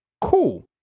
Cool